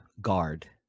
guard